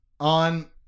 On